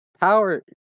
Power